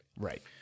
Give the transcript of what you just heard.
Right